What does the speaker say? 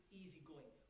easygoing